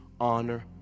honor